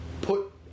put